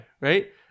Right